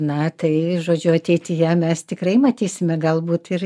na tai žodžiu ateityje mes tikrai matysime galbūt ir